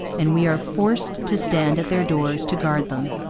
and we are forsed to stand at their dores to gard them